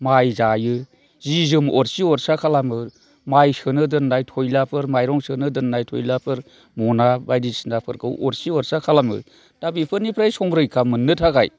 माइ जायो जि जोम अरसि अरसा खालामो माइ सोनो दोननाय थयलाफोर माइरं सोनो दोननाय थयलाफोर मना बायदिसिनाफोरखौ अरसि अरसा खालामो दा बेफोरनिफ्राय संरैखा मोननो थाखाय